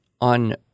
on